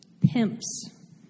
pimps